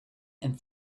and